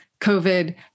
COVID